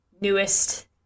newest